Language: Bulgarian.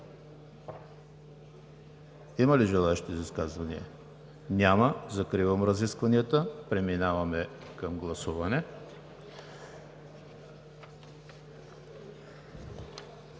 Има ли желаещи за изказване. Няма. Закривам разискванията. Преминаваме към гласуване.